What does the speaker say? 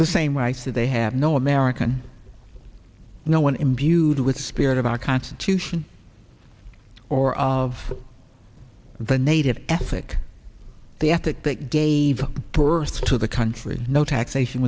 the same way i say they have no american no one imbued with the spirit of our constitution or of the native ethic the ethic that gave birth to the country no taxation